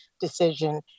decision